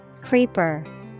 Creeper